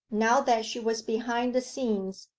now that she was behind the scenes,